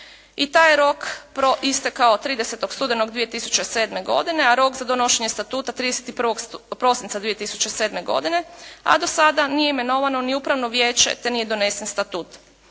I taj je rok istekao 30. studenog 2007. godine, a rok za donošenje statuta 31. prosinca 2007. godine, a do sada nije imenovano ni upravno vijeće te nije donesen statut.